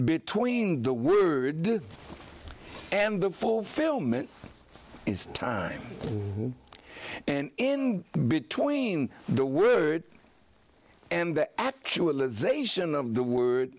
between the word and the fulfillment is time and in between the word and the actual ization of the word